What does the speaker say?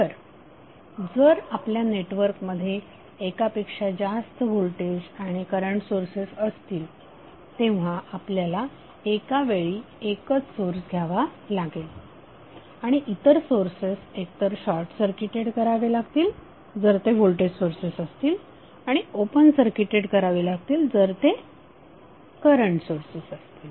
तर जर आपल्या नेटवर्क मध्ये एकापेक्षा जास्त व्होल्टेज आणि करंट सोर्सेस असतील तेव्हा आपल्याला एका वेळी एकच सोर्स घ्यावा लागेल आणि इतर सोर्सेस एक तर शॉर्टसर्किटेड करावे लागतील जर ते व्होल्टेज सोर्सेस असतील आणि ओपन सर्किटेड करावे लागतील जर ते करंट सोर्सेस असतील